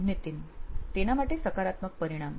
નીતિન તેના માટે સકારાત્મક પરિણામ